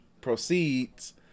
proceeds